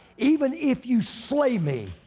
even if you slay me,